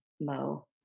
Mo